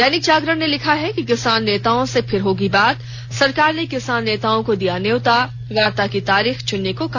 दैनिक जागरण ने लिखा है किसान नेताओं से फिर होगी बात सरकार ने किसान नेताओं को दिया न्योता वार्ता क तारीख चुनने को कहा